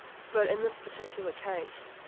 but in this particular case,